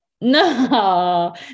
no